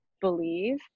believe